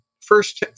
First